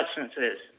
substances